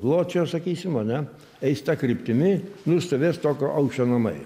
pločio sakysim ane eis ta kryptimi nu stovės tokio aukščio namai